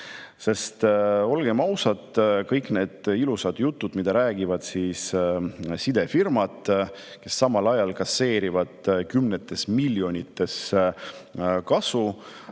Olgem ausad, kõik need ilusad jutud, mida räägivad sidefirmad, kes samal ajal kasseerivad kümnetes miljonites kasu